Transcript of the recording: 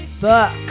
book